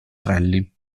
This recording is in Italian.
rally